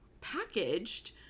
packaged